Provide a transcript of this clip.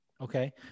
Okay